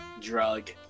drug